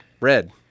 red